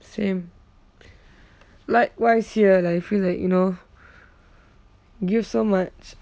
same likewise here lah you feel like you know give so much